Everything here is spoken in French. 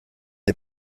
est